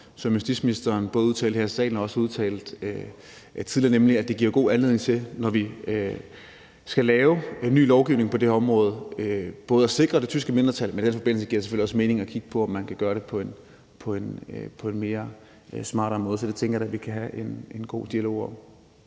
som justitsministeren både udtalte her i salen og også har udtalt tidligere, nemlig at det giver en god anledning til, når vi skal lave ny lovgivning på det her område, at sikre det tyske mindretal; men det giver i den forbindelse selvfølgelig også mening at kigge på, om man kan gøre det på en smartere måde. Det tænker jeg da vi kan have en god dialog om.